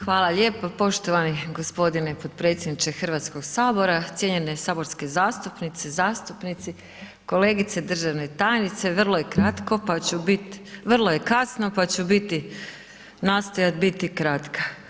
Hvala lijepo poštovani gospodine potpredsjedniče Hrvatskog sabora, cijenjene saborske zastupnice i zastupnici, kolegice državne tajnice, vrlo je kratko, vrlo je kasno, pa ću biti nastojati biti kratka.